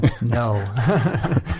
no